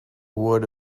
wood